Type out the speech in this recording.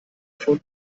von